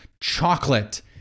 chocolate